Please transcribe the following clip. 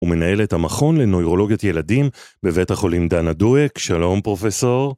ומנהלת המכון לנוירולוגיית ילדים בבית החולים דן הדויק, שלום פרופסור.